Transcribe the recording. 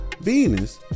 Venus